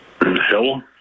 Hello